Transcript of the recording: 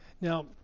Now